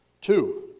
Two